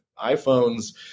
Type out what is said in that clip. iPhones